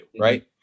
right